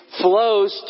flows